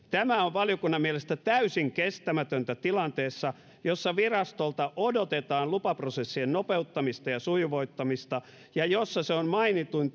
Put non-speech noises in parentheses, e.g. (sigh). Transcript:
(unintelligible) tämä on valiokunnan mielestä täysin kestämätöntä tilanteessa jossa virastolta odotetaan lupaprosessien nopeuttamista ja sujuvoittamista ja jossa se on mainituin (unintelligible)